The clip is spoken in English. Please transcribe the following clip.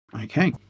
Okay